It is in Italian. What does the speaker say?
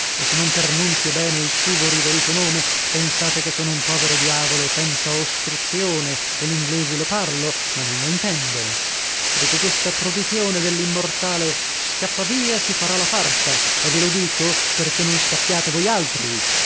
e se non pernunzio bene il suvo riverito nome pensate che sono un povero diavolo senza ostruzione e l'inglese lo parlo ma non lo intendo dopo questa produzione dell'immortale scappavia si farà la farsa e ve lo dico perchè non scappiate voi altri